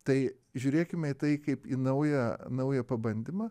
tai žiūrėkime į tai kaip į naują naują pabandymą